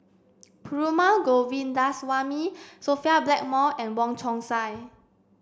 Perumal Govindaswamy Sophia Blackmore and Wong Chong Sai